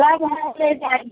सब है कब ले जाएँ